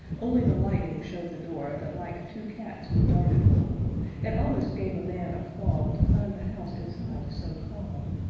only the lightning showed the door that like two cats we darted for it almost gave a man a qualm to find the house inside so calm.